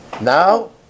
Now